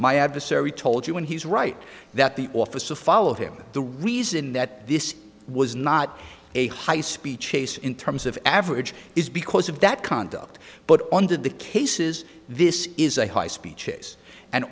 my adversary told you and he's right that the officer followed him the reason that this was not a high speed chase in terms of average is because of that conduct but on did the cases this is a high speed chase and